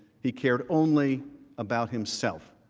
he cared only about himself.